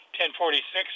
1046